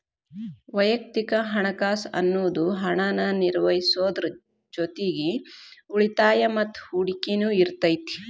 ವಯಕ್ತಿಕ ಹಣಕಾಸ್ ಅನ್ನುದು ಹಣನ ನಿರ್ವಹಿಸೋದ್ರ್ ಜೊತಿಗಿ ಉಳಿತಾಯ ಮತ್ತ ಹೂಡಕಿನು ಇರತೈತಿ